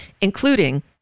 including